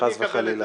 חס וחלילה.